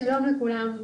שלום לכולם.